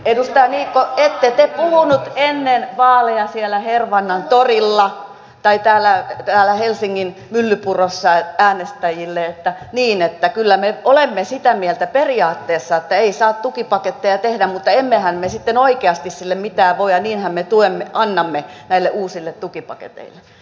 edustaja niikko ette te puhunut ennen vaaleja siellä hervannan torilla tai täällä helsingin myllypurossa äänestäjille että niin että kyllä me olemme sitä mieltä periaatteessa että ei saa tukipaketteja tehdä mutta emmehän me sitten oikeasti sille mitään voi ja niinhän me tuen annamme näille uusille tukipaketeille